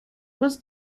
was